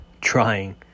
trying